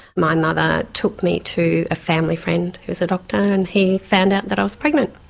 my mother took me to a family friend who was a doctor and he found out that i was pregnant.